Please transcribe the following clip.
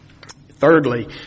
Thirdly